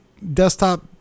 Desktop